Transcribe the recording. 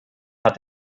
hat